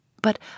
but